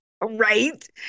Right